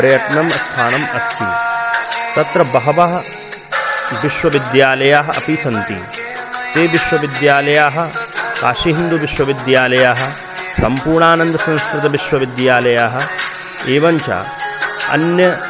पर्यटनं स्थानम् अस्ति तत्र बहवः विश्वविद्यालयाः अपि सन्ति ते विश्वविद्यालयाः काशीहिन्दुविश्वविद्यालयाः सम्पूर्णानन्दसंस्कृतविश्वविद्यालयाः एवञ्च अन्य